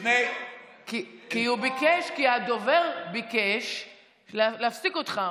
כי הדובר ביקש להפסיק אותך.